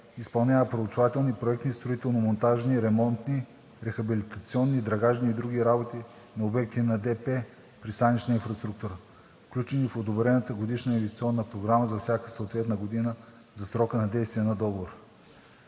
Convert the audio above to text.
изпълнява проучвателни, проектни, строително-монтажни, ремонтни, рехабилитационни, драгажни и други работи на обекти на Държавно предприятие „Пристанищна инфраструктура“, включени в одобрената годишна инвестиционна програма за всяка съответна година за срока на действие на Договора.